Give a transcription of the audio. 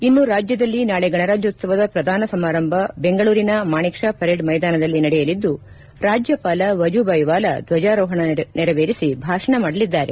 ಇನ್ನು ರಾಜ್ಜದಲ್ಲಿ ನಾಳೆ ಗಣರಾಜ್ಜೋತ್ಲವದ ಪ್ರಧಾನ ಸಮಾರಂಭ ಬೆಂಗಳೂರಿನ ಮಾಣಿಕ್ ಷಾ ಪರೇಡ್ ಮೈದಾನದಲ್ಲಿ ನಡೆಯಲಿದ್ದು ರಾಜ್ಯಪಾಲ ವಜುಬಾಯಿ ವಾಲಾ ದ್ವಜಾರೋಹಣ ನೆರವೇರಿಸಿ ಭಾಷಣ ಮಾಡಲಿದ್ದಾರೆ